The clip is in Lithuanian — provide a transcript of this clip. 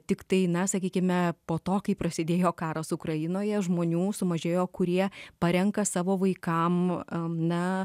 tiktai na sakykime po to kai prasidėjo karas ukrainoje žmonių sumažėjo kurie parenka savo vaikam na